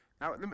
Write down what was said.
Now